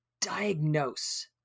diagnose